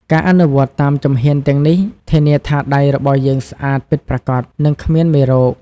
ការអនុវត្តតាមជំហានទាំងនេះ ធានាថាដៃរបស់យើងស្អាតពិតប្រាកដ និងគ្មានមេរោគ។